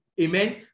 Amen